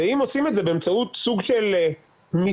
אם עושים את זה באמצעות סוג של מיצוי,